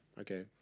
okay